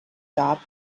job